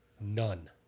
None